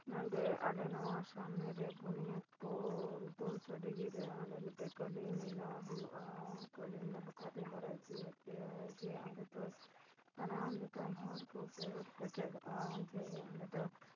ᱱᱚᱸᱰᱮ ᱟᱞᱮ ᱱᱚᱣᱟ ᱥᱟᱢᱱᱮ ᱨᱮ ᱵᱩᱱᱤᱭᱟᱫᱯᱩᱨ ᱨᱮ ᱚᱸᱰᱮ ᱢᱤᱫᱴᱮᱱ ᱠᱟᱹᱞᱤ ᱢᱮᱞᱟ ᱦᱩᱭᱩᱜᱼᱟ ᱠᱟᱹᱞᱤ ᱢᱮᱞᱟ ᱵᱟᱠᱷᱨᱟ ᱫᱚᱧ ᱵᱟᱲᱟᱭ ᱦᱚᱪᱚᱭᱮᱫ ᱯᱮᱭᱟ ᱡᱮ ᱚᱸᱰᱮ ᱫᱚ ᱥᱟᱱᱟᱢ ᱞᱮᱠᱟᱱ ᱦᱚᱲ ᱠᱚ ᱥᱚᱦᱚᱨ ᱥᱮᱴᱮᱨᱚᱜᱼᱟ ᱡᱮ ᱚᱸᱰᱮ ᱫᱚ